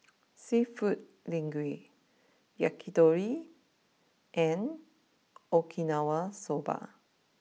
Seafood Linguine Yakitori and Okinawa Soba